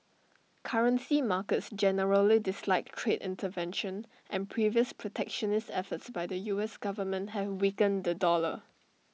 currency markets generally dislike trade intervention and previous protectionist efforts by the us government have weakened the dollar